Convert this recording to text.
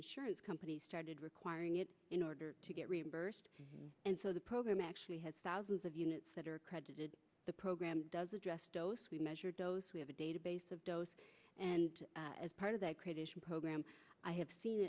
insurance companies started requiring it in order to get reimbursed and so the program actually has thousands of units that are credited the program does address dos we measured those we have a database of those and as part of their creation program i have seen